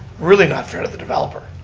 really not fair to the developer.